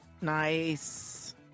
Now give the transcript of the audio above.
Nice